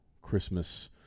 Christmas